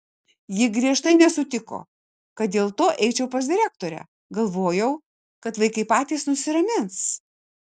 ji griežtai nesutiko kad dėl to eičiau pas direktorę galvojau kad vaikai patys nusiramins